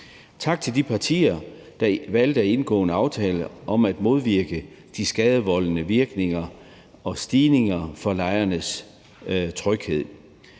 Tak til de partier, der valgte at indgå en aftale om at modvirke de skadevoldende virkninger og stigninger i forhold til lejernes tryghed.